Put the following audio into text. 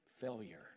failure